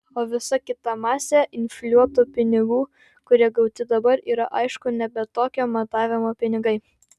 o visa kita masė infliuotų pinigų kurie gauti dabar yra aišku nebe tokio matavimo pinigai